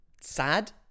sad